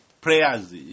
prayers